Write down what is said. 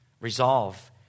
resolve